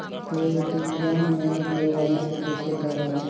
Paytm मे KYC कइसे करव?